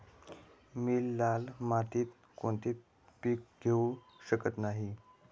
मी लाल मातीत कोणते पीक घेवू शकत नाही?